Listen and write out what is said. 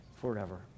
forever